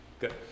Good